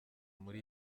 muri